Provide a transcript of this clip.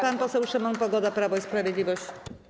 Pan poseł Szymon Pogoda, Prawo i Sprawiedliwość.